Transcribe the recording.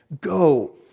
Go